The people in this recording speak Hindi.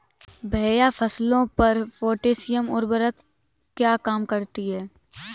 भैया फसलों पर पोटैशियम उर्वरक क्या काम करती है?